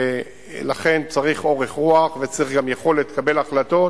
לכן צריך אורך רוח וצריך גם יכולת לקבל החלטות